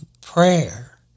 prayer